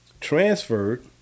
transferred